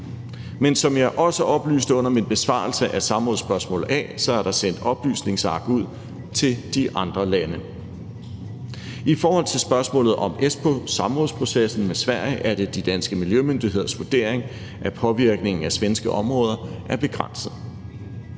Men som jeg også oplyste under min besvarelse af samrådsspørgsmål A, er der sendt oplysningsark ud til de andre lande. I forhold til spørgsmålet om Espoosamrådsprocessen med Sverige er det de danske miljømyndigheders vurdering, at påvirkningen af svenske områder er begrænset.